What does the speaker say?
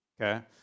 okay